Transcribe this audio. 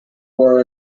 were